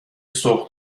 سوق